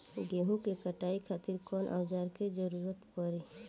गेहूं के कटाई खातिर कौन औजार के जरूरत परी?